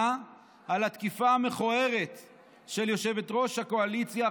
על התקיפה המכוערת של יושבת-ראש הקואליציה,